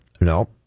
No